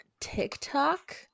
TikTok